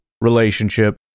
relationship